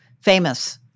famous